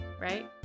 right